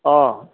অঁ